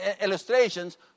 illustrations